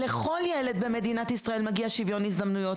לכל ילד במדינת ישראל מגיע שוויון הזדמנויות